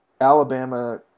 Alabama